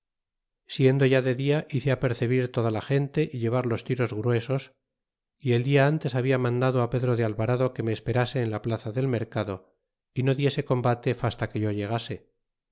siendo ya de dia hice apercebir toda la gente y llevar los ti ros gruesos y el dia ántes habia mandado á pedro de alvarado que me esperase en la plaza del mercado y no diese combate casta que yo llegase